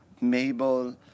Mabel